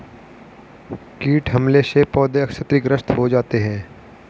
कीट हमले से पौधे क्षतिग्रस्त हो जाते है